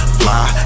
fly